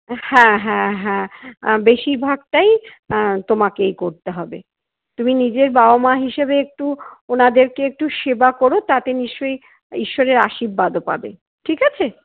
হ্যাঁ হ্যাঁ হ্যাঁ বেশিরভাগটাই তোমাকেই করতে হবে তুমি নিজের বাবা মা হিসেবে একটু ওনাদেরকে একটু সেবা করো তাতে নিশ্চয়ই ঈশ্বরের আশীর্বাদও পাবে ঠিক আছে